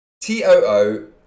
T-O-O